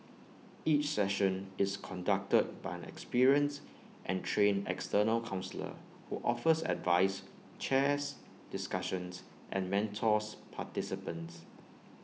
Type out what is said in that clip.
each session is conducted by an experienced and trained external counsellor who offers advice chairs discussions and mentors participants